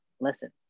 listen